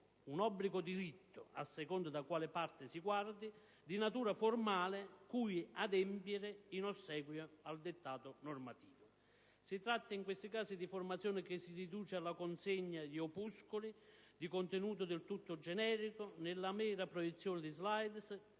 un obbligo o un diritto - a seconda da quale parte lo si guardi - di natura formale cui adempiere in ossequio al dettato normativo. Si tratta in questi casi di formazione che si riduce alla consegna di opuscoli di contenuto del tutto generico o nella mera proiezione di *slide*,